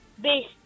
Base